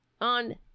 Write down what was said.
On